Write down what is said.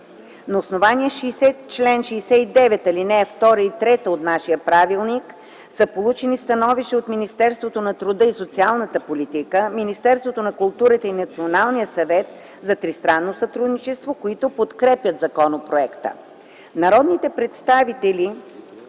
На основание чл. 69, ал. 2 и 3 от нашия правилник са получени становища от Министерството на труда и социалната политика, Министерството на културата и Националния съвет за тристранно сътрудничество, които подкрепят законопроекта. Народните представители